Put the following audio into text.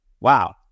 wow